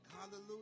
Hallelujah